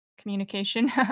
communication